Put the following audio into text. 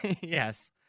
Yes